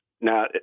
now